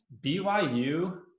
BYU